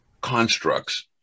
constructs